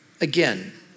again